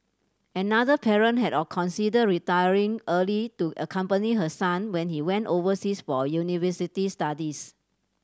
another parent had a considered retiring early to accompany her son when he went overseas for university studies